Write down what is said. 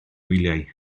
wyliau